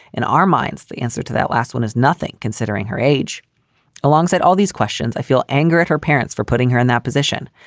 in our minds, the answer to that last one is nothing. considering her age alongside all these questions, i feel anger at her parents for putting her in that position.